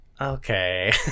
okay